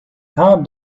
how